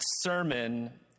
sermon